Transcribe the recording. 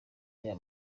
y’aya